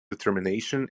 determination